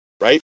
right